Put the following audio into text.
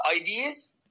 ideas